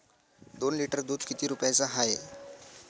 दोन लिटर दुध किती रुप्याचं हाये?